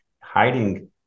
hiding